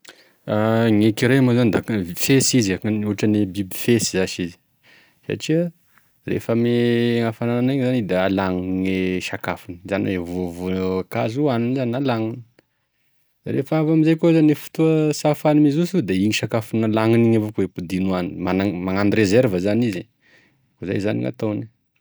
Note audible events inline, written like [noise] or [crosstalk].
[hesitation] Gn'ecureuil moa zany da biby fesy akogniny hoe biby fesy zash izy satria rehefa amy hafanana igny zany izy da alagnony gne sakafony zany hoe voavokazo hoagniny zany gn'alagnony da rehefa avy amizay koa zany gne fotoa sy ahafahany mizoso de igny sakafo nalagnony igny avao koa ampidi- hoagniny, magnano- magnano rezerva zany izy e zagn'ataogny